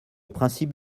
principe